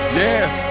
yes